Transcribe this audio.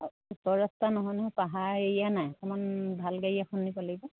অঁ ওচৰ ৰাস্তা নহয় নহয় পাহাৰ এৰিয়া নাই অকণমান ভাল গাড়ী এখন নিব লাগিব